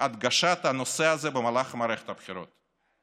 והדגישו את הנושא הזה במהלך מערכת הבחירות.